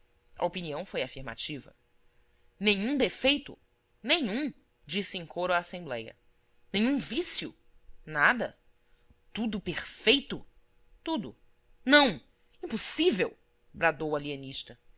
a opinião foi afirmativa nenhum defeito nenhum disse em coro a assembléia nenhum vício nada tudo perfeito tudo não impossível bradou o